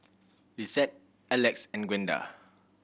Lissette Elex and Gwenda